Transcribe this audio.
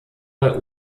bei